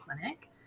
clinic